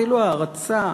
אפילו הערצה,